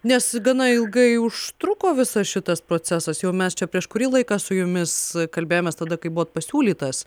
nes gana ilgai užtruko visas šitas procesas jau mes čia prieš kurį laiką su jumis kalbėjomės tada kai buvot pasiūlytas